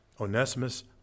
Onesimus